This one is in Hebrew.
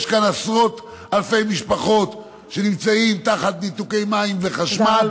ויש כאן עשרות אלפי משפחות שנמצאות תחת ניתוקי מים וחשמל.